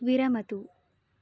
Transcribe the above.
विरमतु